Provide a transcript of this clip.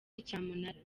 cyamunara